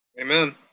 Amen